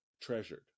treasured